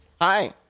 Hi